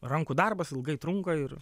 rankų darbas ilgai trunka ir